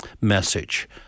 message